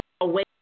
away